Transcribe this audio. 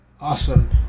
Awesome